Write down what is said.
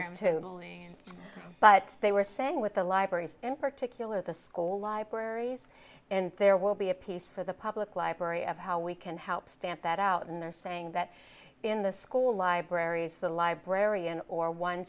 in but they were saying with the libraries in particular the school libraries and there will be a piece for the public library of how we can help stamp that out and they're saying that in the school libraries the librarian or one